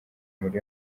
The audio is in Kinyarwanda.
muri